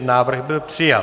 Návrh byl přijat.